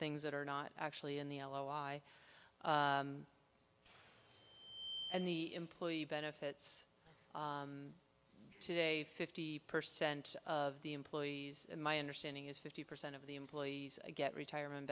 things that are not actually in the l o i and the employee benefits today fifty percent of the employees my understanding is fifty percent of the employees get retirement